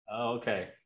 okay